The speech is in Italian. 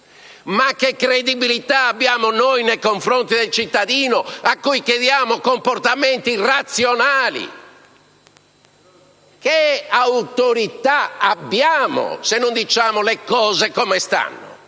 Ma che credibilità abbiamo noi nei confronti dei cittadini, a cui chiediamo comportamenti razionali? Che autorità abbiamo, se non diciamo le cose come stanno?